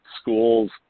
schools